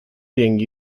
being